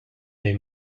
dei